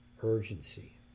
urgency